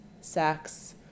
sex